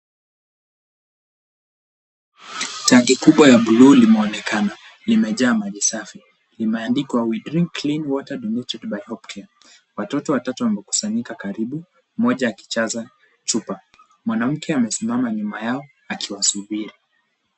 Tanki kubwa ya blue limeonekana limejaa maji safi. Limeandikwa we drink clean water donated by help care. Watoto watatu wamekusanyika karibu mmoja akijaza chupa. Mwanamke amesimama nyuma yao akiwasubiri.